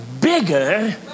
bigger